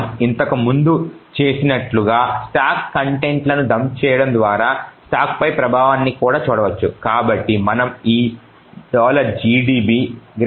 మనము ఇంతకుముందు చేసినట్లుగా స్టాక్ కంటెంట్ లను డంప్ చేయడం ద్వారా స్టాక్పై ప్రభావాన్ని కూడా చూడవచ్చు